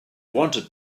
wanted